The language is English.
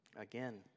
Again